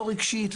לא רגשית,